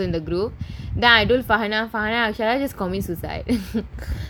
ya I do farhanah farhanah can I commit suicide